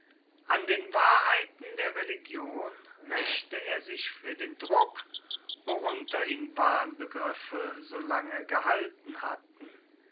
an den wahrheiten der religion rächte er sich für den druck worunter ihn wahnbegriffe so lange gehalten hatten